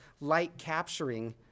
light-capturing